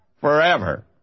forever